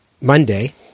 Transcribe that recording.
Monday